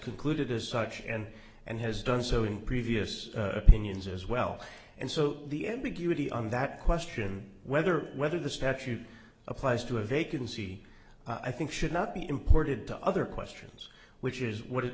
concluded as such and and has done so in previous opinions as well and so the ambiguity on that question whether whether the statute applies to a vacancy i think should not be imported to other questions which is what i